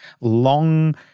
long